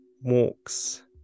walks